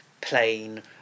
Plain